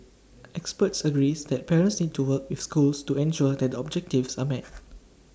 experts agrees that parents seem to work with schools to ensure that the objectives are met